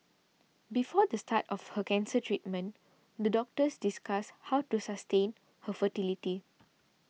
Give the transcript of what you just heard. before the start of her cancer treatment the doctors discussed how to sustain her fertility